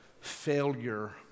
failure